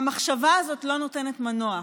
המחשבה הזו לא נותנת מנוח.